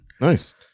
Nice